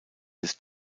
des